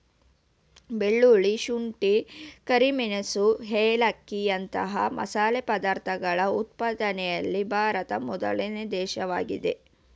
ಬೆಳ್ಳುಳ್ಳಿ, ಶುಂಠಿ, ಕರಿಮೆಣಸು ಏಲಕ್ಕಿಯಂತ ಮಸಾಲೆ ಪದಾರ್ಥಗಳ ಉತ್ಪಾದನೆಯಲ್ಲಿ ಭಾರತ ಮೊದಲನೇ ದೇಶವಾಗಿದೆ